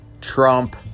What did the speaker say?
Trump